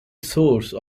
source